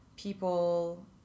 people